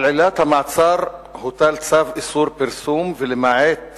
על עילת המעצר הוטל צו איסור פרסום, ולמעט